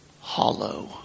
hollow